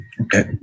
Okay